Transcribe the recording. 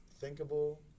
thinkable